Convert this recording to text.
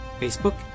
Facebook